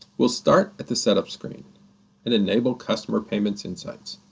we'll start at the setup screen and enable customer payments insights.